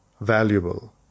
valuable